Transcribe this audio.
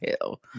hell